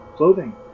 clothing